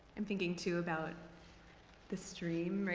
i'm thinking, too, about the stream,